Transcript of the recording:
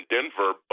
Denver